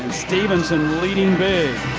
stephenson leading big.